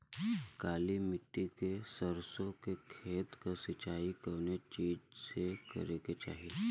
काली मिट्टी के सरसों के खेत क सिंचाई कवने चीज़से करेके चाही?